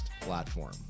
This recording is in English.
platform